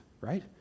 right